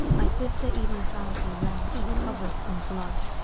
my sister even found a wrench covered in blood.